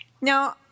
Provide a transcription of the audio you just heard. Now